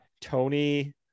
tony